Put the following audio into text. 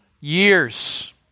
years